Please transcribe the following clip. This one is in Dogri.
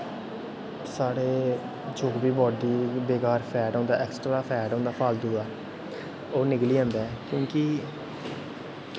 साढ़े जो बी बॉड्डी च बैकार फैट ऐक्सट्रा फैट होंदा ओह् निकली जंदा क्योंकि